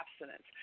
abstinence